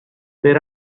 per